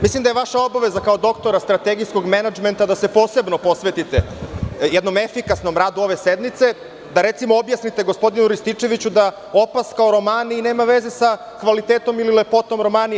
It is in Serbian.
Mislim da je vaša obaveza kao doktora strategijskog menadžmenta da se posebno posvetite jednom efikasnom radu ove sednice, da recimo objasnite gospodinu Rističeviću da opaska o Romaniji nema veze sa kvalitetom ili lepotom Romanije.